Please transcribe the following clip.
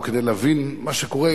או כדי להבין מה שקורה,